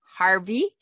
Harvey